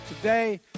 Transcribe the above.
Today